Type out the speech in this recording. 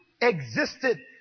existed